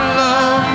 love